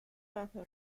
bajo